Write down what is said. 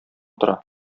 тора